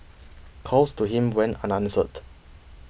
calls to him went are answered